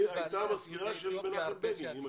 הייתה המזכירה של מנחם בגין.